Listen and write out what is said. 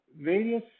various